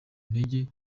intege